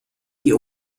die